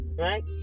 right